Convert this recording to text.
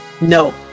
No